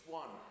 one